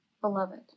beloved